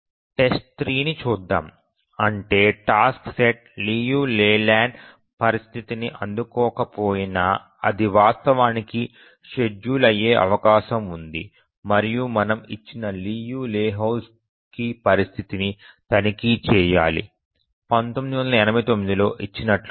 test 3 ని చూద్దాం అంటే టాస్క్ సెట్ లియు లేలాండ్ పరిస్థితిని అందుకోకపోయినా అది వాస్తవానికి షెడ్యూల్ అయ్యే అవకాశం ఉంది మరియు మనము ఇచ్చిన లియు లెహోజ్కీ పరిస్థితిని తనిఖీ చేయాలి 1989 లో ఇచ్చినట్లుగా